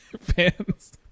fans